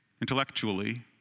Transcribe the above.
intellectually